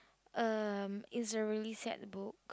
um is a really sad book